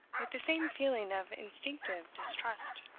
with the same feeling of instinctive distrust.